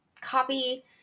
copy